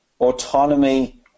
Autonomy